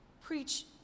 preach